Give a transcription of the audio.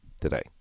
today